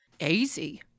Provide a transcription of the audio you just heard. Easy